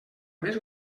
més